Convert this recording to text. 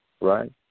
right